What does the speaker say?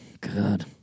God